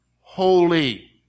holy